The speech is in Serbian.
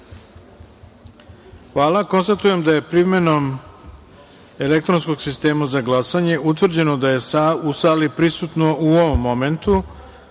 Hvala. Konstatujem da je primenom elektronskom sistema za glasanje utvrđeno da je u sali prisutno, u ovom momentu,